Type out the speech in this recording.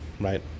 right